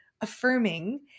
affirming